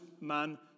man